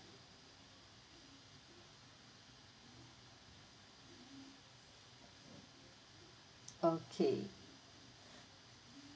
okay